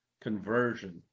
conversion